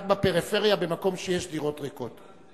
רק בפריפריה, במקום שיש דירות ריקות.